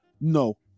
no